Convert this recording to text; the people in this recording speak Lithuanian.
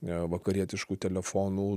ne vakarietiškų telefonų